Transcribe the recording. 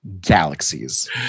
galaxies